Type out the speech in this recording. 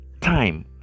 time